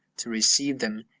to receive them,